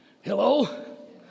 Hello